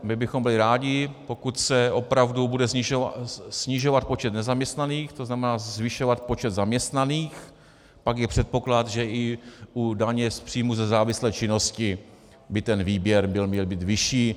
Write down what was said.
My bychom byli rádi, pokud se bude opravdu snižovat počet nezaměstnaných, to znamená zvyšovat počet zaměstnaných, pak je předpoklad, že i u daně z příjmu ze závislé činnosti by ten výběr měl být vyšší.